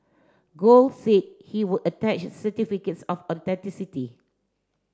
Gold said he would attach certificates of authenticity